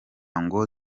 ngo